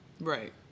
Right